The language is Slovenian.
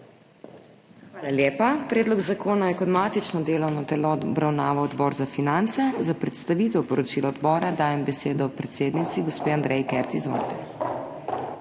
Hvala lepa. Predlog zakona je kot matično delovno telo obravnaval Odbor za finance. Za predstavitev poročila odbora dajem besedo predsednici, gospe Andreji Kert. Izvolite.